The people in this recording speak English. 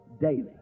daily